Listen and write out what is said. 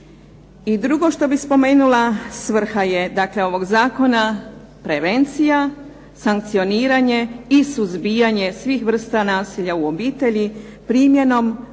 drugo što bi spomenula svrha je dakle ovog zakona prevencija, sankcioniranje i suzbijanje svih vrsta nasilja u obitelji primjenom